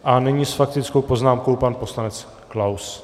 A nyní s faktickou poznámkou pan poslanec Klaus.